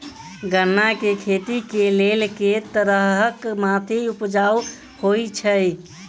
गन्ना केँ खेती केँ लेल केँ तरहक माटि उपजाउ होइ छै?